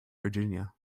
virginia